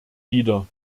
wieder